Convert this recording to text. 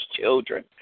children